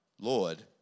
Lord